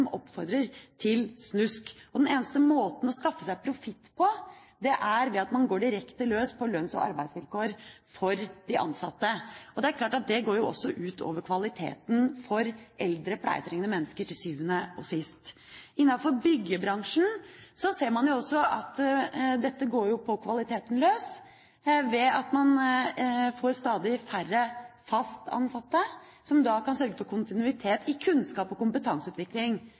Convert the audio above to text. oppfordrer til snusk. Den eneste måten å skaffe seg profitt på er ved at man går direkte løs på lønns- og arbeidsvilkår for de ansatte. Det er klart at det går jo også ut over kvaliteten for eldre pleietrengende mennesker til sjuende og sist. Innafor byggebransjen ser man også at dette går på kvaliteten løs, ved at man får stadig færre fast ansatte, som da kan sørge for kontinuitet i kunnskap og kompetanseutvikling.